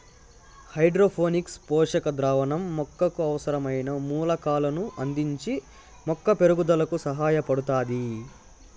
hydroponics పోషక ద్రావణం మొక్కకు అవసరమైన మూలకాలను అందించి మొక్క పెరుగుదలకు సహాయపడుతాది